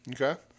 Okay